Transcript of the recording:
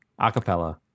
acapella